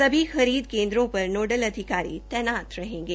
सभी खरीद केन्दों पर नोडल अधिकारी तैनात रहेंगे